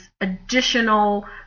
additional